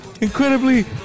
incredibly